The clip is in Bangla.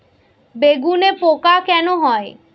বেগুনে পোকা কেন হয়?